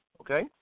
Okay